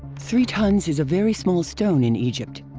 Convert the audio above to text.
three tons is a very small stone in egypt.